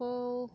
আকৌ